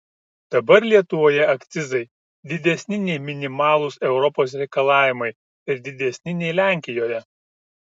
dabar lietuvoje akcizai didesni nei minimalūs europos reikalavimai ir didesni nei lenkijoje